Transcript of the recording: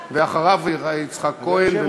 אחריו, יצחק כהן.